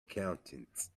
accountants